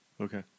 Okay